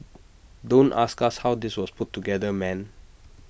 don't ask us how this was put together man